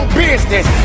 business